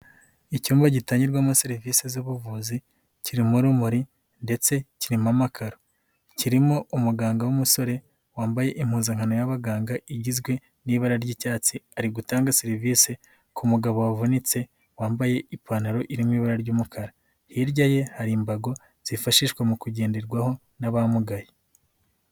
Icyumba gitangirwamo serivisi z'ubuvuzi, kirimo urimuri ndetse kirimo amakaro kirimo umuganga w'umusore wambaye impuzankano y'ababaganga igizwe n'ibara ry'icyatsi, ari gutanga serivisi ku mugabo wavunitse wambaye ipantaro irimo ibara ry'umukara, hirya ye hari imbago zifashishwa mu kugenderwaho n'abamugaye.